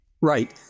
Right